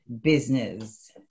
business